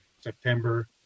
September